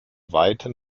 weiten